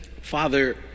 Father